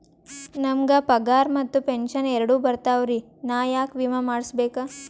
ನಮ್ ಗ ಪಗಾರ ಮತ್ತ ಪೆಂಶನ್ ಎರಡೂ ಬರ್ತಾವರಿ, ನಾ ಯಾಕ ವಿಮಾ ಮಾಡಸ್ಬೇಕ?